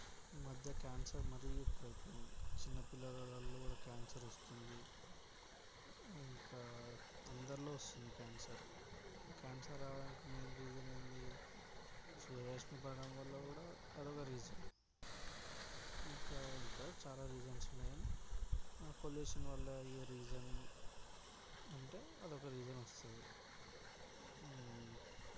ఈ మధ్య క్యాన్సర్ మరీ ఎక్కువైపోయింది చిన్నపిల్లలలో కూడా క్యాన్సర్ వస్తుంది ఇంకా అందరిలో వస్తుంది క్యాన్సర్ ఆ క్యాన్సర్ రావడానికి మెయిన్ రీసన్ ఏంది సూర్యరశ్మి పడం వల్ల కూడా అది ఒక రీసన్ ఇంకా ఇంకా చాలా రీసన్స్ ఉన్నాయి అని ఆ పొల్యూషన్ వల్ల అయ్యే రీసన్ అంటే అది ఒక రీసన్ వస్తుంది